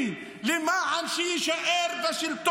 שכחת.